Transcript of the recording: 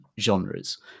genres